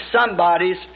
somebody's